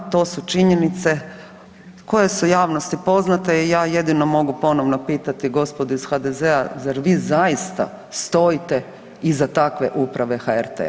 To su činjenice koje su javnosti poznate i ja jedino mogu ponovno pitati gospodu iz HDZ-a zar vi zaista stojite iza takve uprave HRT-a?